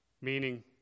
Meaning